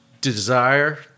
desire